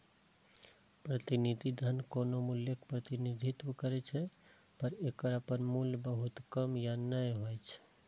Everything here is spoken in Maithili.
प्रतिनिधि धन कोनो मूल्यक प्रतिनिधित्व करै छै, पर एकर अपन मूल्य बहुत कम या नै होइ छै